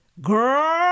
girl